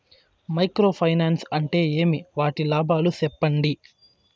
Micro finance అంటే ఏమి? వాటి లాభాలు సెప్పండి?